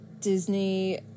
Disney